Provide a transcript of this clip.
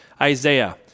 Isaiah